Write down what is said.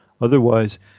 Otherwise